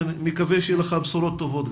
ונקווה שיהיו לך בשורות טובות,